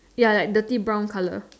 ya like dirty brown colour